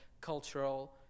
cultural